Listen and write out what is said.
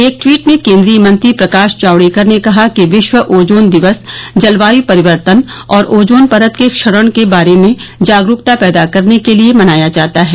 एक ट्वीट में केन्द्रीय मंत्री प्रकाश जावडेकर ने कहा कि विश्व ओजोन दिवस जलवायु परिवर्तन और ओजोन परत के क्षरण के बारे में जागरूकता पैदा करने के लिए मनाया जाता है